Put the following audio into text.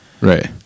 right